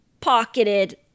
pocketed